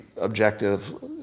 objective